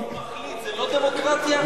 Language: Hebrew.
זה לא דמוקרטיה?